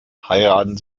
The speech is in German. heiraten